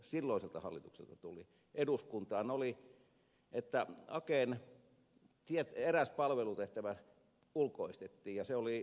silloiselta hallitukselta eduskuntaan oli että aken eräs palvelutehtävä ulkoistettiin ja se oli puhelinpalvelu